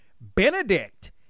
Benedict